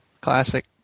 Classic